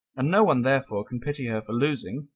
and no one therefore can pity her for losing,